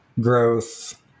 growth